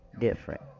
different